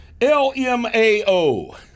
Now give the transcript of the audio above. LMAO